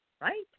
right